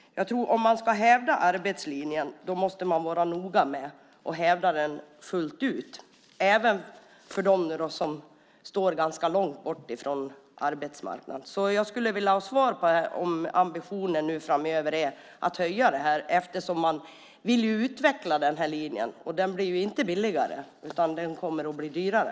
Om man ska hävda arbetslinjen måste man vara noga med att hävda den fullt ut även för dem som står ganska långt från arbetsmarknaden. Jag skulle vilja ha svar på frågan om ambitionen nu är att höja detta framöver eftersom man vill utveckla detta, och det blir ju inte billigare utan dyrare.